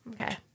Okay